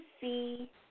see